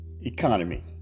economy